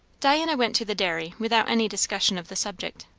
diana went to the dairy without any discussion of the subject.